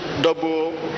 double